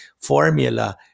formula